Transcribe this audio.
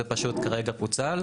זה פשוט פוצל כרגע,